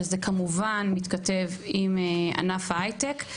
שזה כמובן מתכתב עם ענף ההייטק,